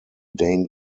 dane